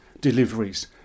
deliveries